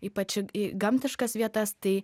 ypač į į gamtiškas vietas tai